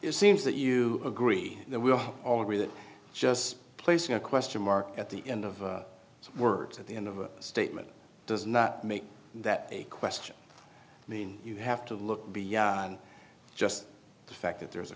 it seems that you agree that we all agree that just placing a question mark at the end of some words at the end of a statement does not make that a question i mean you have to look beyond just the fact that there is a